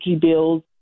bills